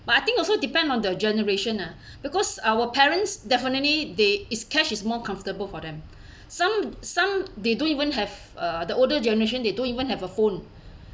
but I think also depend on the generation ah because our parents definitely they is cash is more comfortable for them some some they don't even have uh the older generation they don't even have a phone